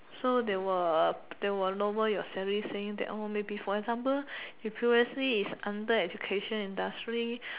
so they will they will lower your salary saying that maybe for example you previously is under education industry